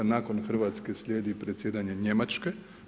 Nakon Hrvatske slijedi predsjedanje Njemačke.